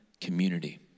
community